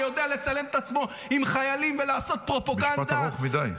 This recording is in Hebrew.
ויודע לצלם את עצמו עם חיילים ולעשות פרופגנדה -- משפט ארוך מדי.